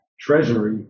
Treasury